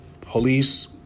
police